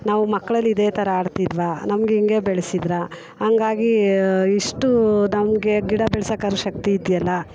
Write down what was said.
ನಾವು ಮಕ್ಕಳಲ್ಲಿ ಇದೇ ಥರ ಆಡ್ತಿದ್ವಾ ನಮ್ಗೆ ಹಿಂಗೆ ಬೆಳೆಸಿದ್ರಾ ಹಂಗಾಗಿ ಇಷ್ಟೂ ನಮಗೆ ಗಿಡ ಬೆಳ್ಸೋಕಾದ್ರೂ ಶಕ್ತಿ ಇದೆಯಲ್ಲ